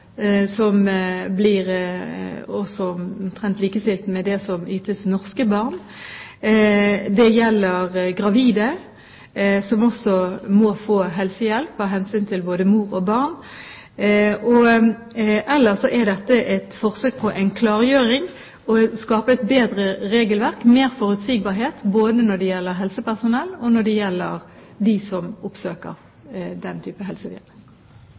blir omtrent likestilt med norske barn når det gjelder denne ytelsen. Det gjelder gravide, som også må få helsehjelp av hensyn til både mor og barn. Og ellers er dette et forsøk på en klargjøring og på å skape et bedre regelverk – med mer forutsigbarhet for både